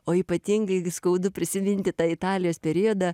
o ypatingai skaudu prisiminti tą italijos periodą